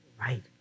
Right